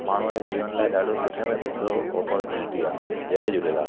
माण्हू जे जीवन लाइ ॾाढो सुठे में सुठो अपॉर्चुनिटी आहे जय झूलेलाल